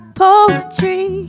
poetry